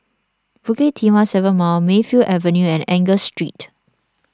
Bukit Timah seven Mile Mayfield Avenue and Angus Street